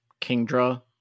Kingdra